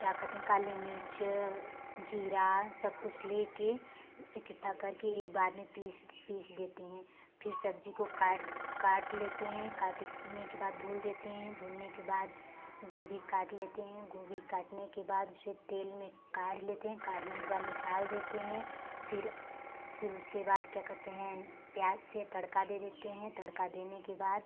क्या कहते हैं काली मिर्च जीरा सब कुछ लेके इकट्ठा करके एक बार में पीस पीस देते हैं फिर सब्जी को काट काट लेते हैं काट लेने के बाद धुल देते है धुलने के बाद गोभी काट लेते हैं गोभी काटने के बाद उसे तेल में काढ़ लेते हैं काढ़ने के बाद निकाल देते हैं फिर फिर उसके बाद क्या कहते हैं प्याज से तड़का दे देते हैं तड़का देने के बाद